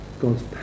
God's